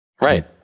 Right